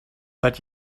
but